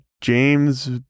James